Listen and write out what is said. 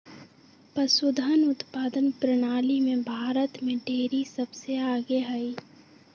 पशुधन उत्पादन प्रणाली में भारत में डेरी सबसे आगे हई